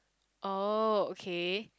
oh okay